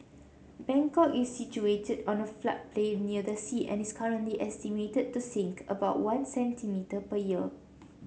Bangkok is situated on a floodplain near the sea and is currently estimated to sink about one centimetre per year